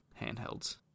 handhelds